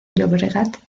llobregat